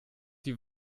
die